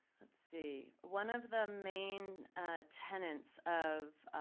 let's see, one of the main tenets of,